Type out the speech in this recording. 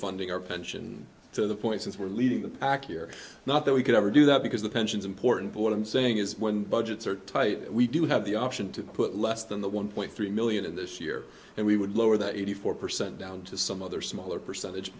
overfunding our pension to the point since we're leading the pack year not that we could ever do that because the pensions important board i'm saying is when budgets are tight we do have the option to put less than the one point three million this year and we would lower that eighty four percent down to some other smaller percentage